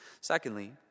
Secondly